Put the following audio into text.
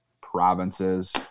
provinces